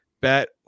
bet